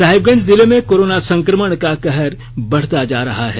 साहिबगंज जिले में कोरोना संक्रमण का कहर बढ़ता जा रहा है